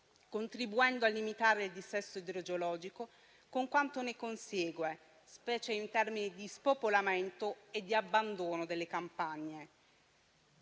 contribuendo a limitare il dissesto idrogeologico, con quanto ne consegue, specialmente in termini di spopolamento e di abbandono delle campagne.